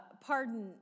pardon